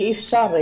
אי אפשר.